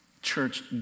Church